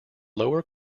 lower